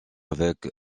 avec